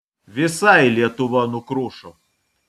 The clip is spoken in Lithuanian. visai lietuva nukrušo